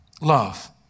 love